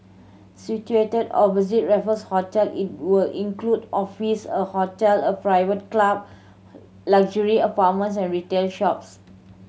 situated opposite Raffles Hotel it will include office a hotel a private club luxury apartments and retail shops